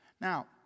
Now